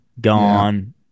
gone